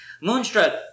Moonstruck